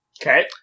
Okay